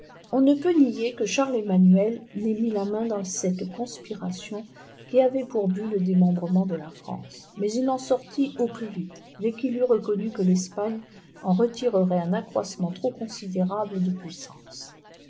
on ne peut nier que charles emmanuel n'ait mis la main dans cette conspiration qui avait pour but le démembrement de la france mais il en sortit au plus vite dès qu'il eut reconnu que l'espagne en retirerait un accroissement trop considérable de puissance